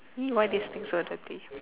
!ee! why this thing so dirty